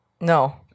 no